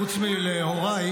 למה את צועקת?